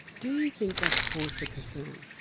do you think that's cause for concern?